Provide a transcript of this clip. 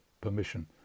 permission